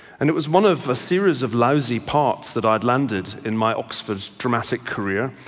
and it was one of a series of lousy parts that i'd landed in my oxford dramatic career,